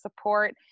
support